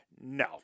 no